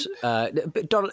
Donald